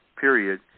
period